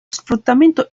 sfruttamento